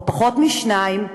או פחות משניים,